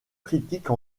critiques